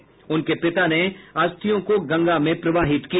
अभिनेता के पिता ने अस्थियों को गंगा में प्रवाहित किया